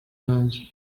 hanze